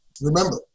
Remember